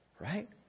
Right